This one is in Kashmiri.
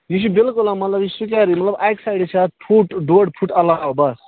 یہِ چھُ بلکُل آ مطلب یہِ چھُ سُکیرٕے مطلب اَکہِ سایڈٕ چھُ اَتھ فُٹ ڈۅڈ فُٹ علاوٕ بَس